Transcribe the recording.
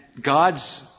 God's